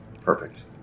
Perfect